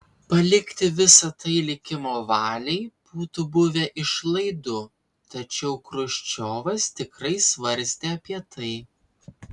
palikti visa tai likimo valiai būtų buvę išlaidu tačiau chruščiovas tikrai svarstė apie tai